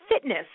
fitness